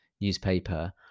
newspaper